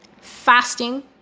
fasting